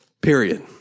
period